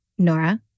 Nora